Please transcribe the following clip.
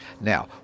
Now